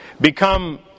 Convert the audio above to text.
become